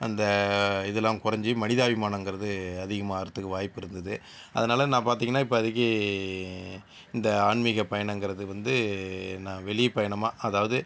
அந்த இதெல்லாம் குறஞ்சி மனிதாபிமானங்கிறது அதிகமாகிறதுக்கு வாய்ப்பிருந்தது அதனால் நான் பார்த்தீங்கனா இப்போதைக்கு இந்த ஆன்மீக பயணங்கிறது வந்து நான் வெளிப் பயணமாக அதாவது